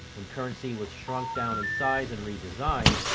when currency was shrunk down in size and redesigned,